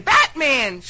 Batman